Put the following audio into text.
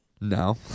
No